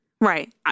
Right